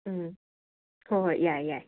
ꯎꯝ ꯍꯣꯍꯣꯏ ꯌꯥꯏꯌꯦ ꯌꯥꯏꯌꯦ